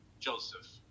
Joseph